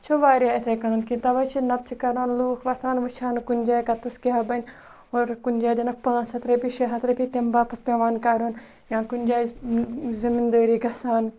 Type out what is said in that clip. چھِ واریاہ یِتھَے کٔنۍ کیٚنٛہہ تَوَے چھِ نَتہٕ چھِ کَران لوٗکھ وۄتھان وٕچھان کُنہِ جایہِ کَتَس کیٛاہ بَنہِ اور کُنہِ جایہِ دِنَکھ پانٛژھ ہَتھ رۄپیہِ شےٚ ہَتھ رۄپیہِ تَمہِ باپَتھ پٮ۪وان کَرُن یا کُنہِ جایہِ زٔمیٖندٲری گَژھان